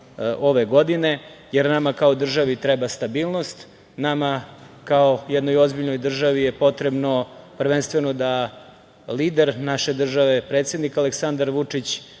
ove godine, jer nama kao državi treba stabilnost, nama kao jednoj ozbiljnoj državi je potrebno prvenstveno da lider naše države, predsednik Aleksandar Vučić,